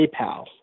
PayPal